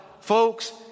folks